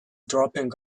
dropping